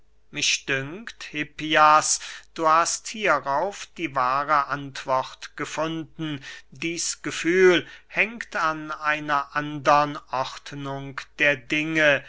mich dünkt hippias du hast hierauf die wahre antwort gefunden dieß gefühl hängt an einer andern ordnung der dinge